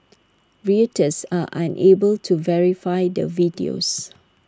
Reuters are unable to verify the videos